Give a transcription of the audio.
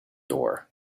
door